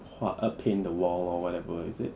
画 err paint the wall or whatever is it